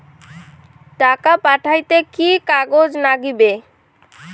টাকা পাঠাইতে কি কাগজ নাগীবে?